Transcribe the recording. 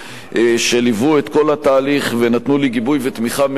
שליוו את כל התהליך ונתנו לי גיבוי ותמיכה מלאים,